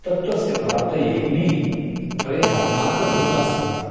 तत्त्वस्य प्राप्तये इमे त्रयः मार्गभूतास्सन्ति